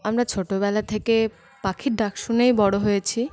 আমরা ছোটবেলা থেকে পাখির ডাক শুনেই বড় হয়েছি